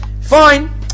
Fine